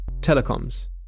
telecoms